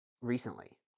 recently